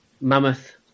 mammoth